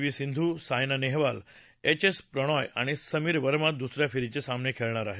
V Sindhu Saina Nehwal H S Prannoy आणि समीर वर्मा दुसऱ्या फेरीचे सामने खेळतील